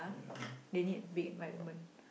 ya